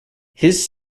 his